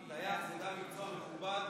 טייח זה גם מקצוע מכובד.